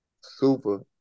Super